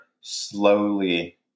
slowly